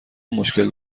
مشکل